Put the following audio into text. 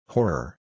Horror